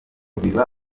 biba